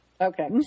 Okay